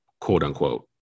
quote-unquote